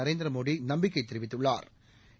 நரேந்திரமோடி நம்பிக்கை தெரிவித்துள்ளாா்